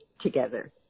together